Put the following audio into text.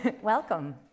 Welcome